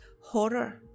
horror